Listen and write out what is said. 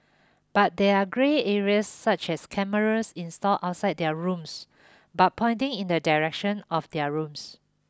but there are grey areas such as cameras installed outside their rooms but pointing in the direction of their rooms